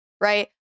right